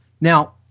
Now